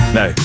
no